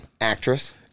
actress